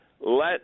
Let